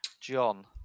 John